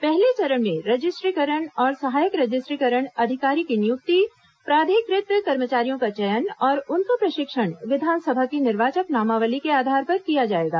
पहले चरण में रजिस्ट्रीकरण और सहायक रजिस्ट्रकरण अधिकारी की नियुक्ति प्राधिकृत कर्मचारियों का चयन और उनका प्रशिक्षण विधानसभा की निर्वाचक नामावली के आधार पर किया जाएगा